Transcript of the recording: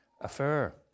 affair